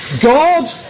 God